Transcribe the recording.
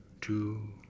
two